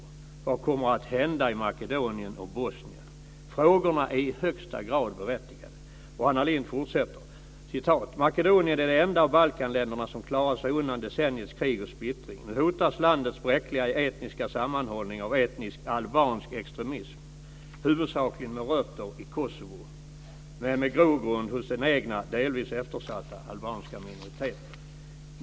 Vad kommer att hända i Makedonien ... och Bosnien?" Frågorna är i högsta grad berättigade. Anna Lindh fortsätter :"Makedonien är det enda av Balkanländerna som klarade sig undan det gångna decenniets krig och splittring. Nu hotas landets bräckliga etniska sammanhållning av etnisk albansk extremism, huvudsakligen med rötter i Kosovo, men med grogrund hos den egna delvis eftersatta albanska minoriteten.